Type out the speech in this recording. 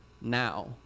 now